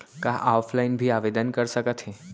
का ऑफलाइन भी आवदेन कर सकत हे?